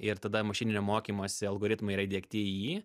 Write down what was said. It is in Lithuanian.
ir tada mašininio mokymosi algoritmai yra įdiegti į jį